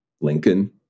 Lincoln